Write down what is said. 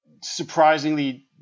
surprisingly